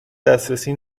دسترسی